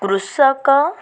କୃଷକ